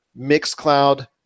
Mixcloud